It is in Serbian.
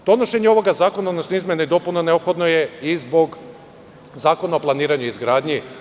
Donošenje ovog zakona, odnosno izmena i dopuna, neophodno je i zbog Zakona o planiranju i izgradnji.